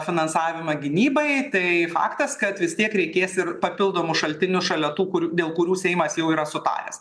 finansavimą gynybai tai faktas kad vis tiek reikės ir papildomų šaltinių šalia tų kurių dėl kurių seimas jau yra sutaręs